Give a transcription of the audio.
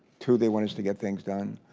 two, they want us to get things done.